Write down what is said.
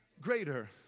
greater